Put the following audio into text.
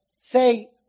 say